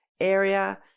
area